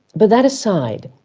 but that aside,